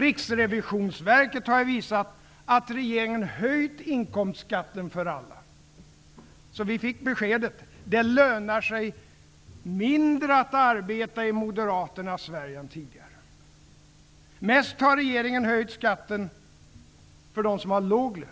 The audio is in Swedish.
Riksrevisionsverket har ju visat att regeringen höjt inkomstskatten för alla. Så fick vi beskedet: Det lönar sig mindre att arbeta i moderaternas Sverige än tidigare. Mest har regeringen höjt skatten för dem som har låg lön.